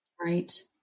Right